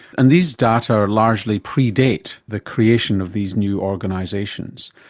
and these data largely predate the creation of these new organisations.